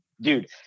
dude